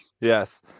Yes